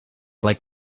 like